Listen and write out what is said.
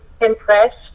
impressed